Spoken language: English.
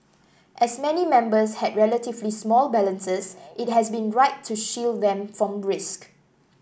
as many members had relatively small balances it has been right to shield them from risk